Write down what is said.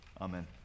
Amen